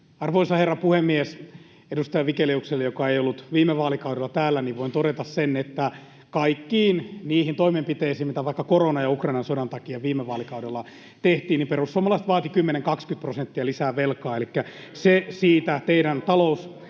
Arvoisa herra puhemies! Edustaja Vigeliukselle, joka ei ollut viime vaalikaudella täällä, voin todeta sen, että kaikkiin niihin toimenpiteisiin, mitä vaikka koronan ja Ukrainan sodan takia viime vaalikaudella tehtiin, perussuomalaiset vaativat 10—20 prosenttia lisää velkaa — elikkä se siitä teidän talousajattelustanne.